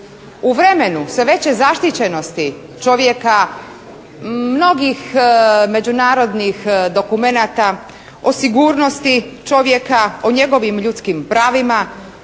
U vremenu sve veće zaštićenosti čovjeka mnogih međunarodnih dokumenata o sigurnosti čovjeka, o njegovim ljudskim pravima,